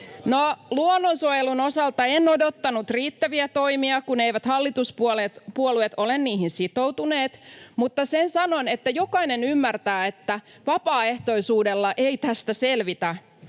luonnonsuojelun osalta en odottanut riittäviä toimia, kun eivät hallituspuolueet ole niihin sitoutuneet, mutta sen sanon, että jokainen ymmärtää, että vapaaehtoisuudella ei tästä selvitä.